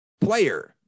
player